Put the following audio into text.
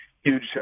huge